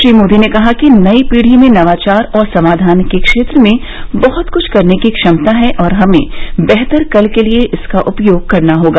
श्री मोदी ने कहा कि नई पीढ़ी में नवाचार और समाधान के क्षेत्र में बहुत कुछ करने की क्षमता है और हमें बेहतर कल के लिए इसका उपयोग करना होगा